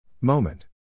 Moment